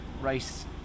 race